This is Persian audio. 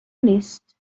نیست